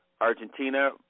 Argentina